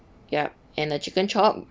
yup and a chicken chop